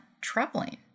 troubling